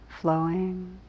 flowing